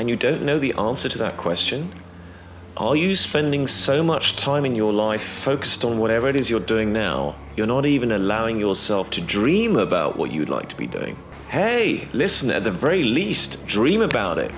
don't know the answer to that question are you spending so much time in your life focused on whatever it is you're doing now you're not even allowing yourself to dream about what you'd like to be doing hey listen at the very least dream about it